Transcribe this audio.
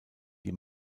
die